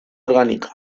orgánica